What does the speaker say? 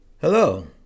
Hello